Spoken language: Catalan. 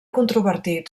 controvertit